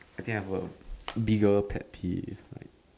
I think I've got a bigger pet peeve like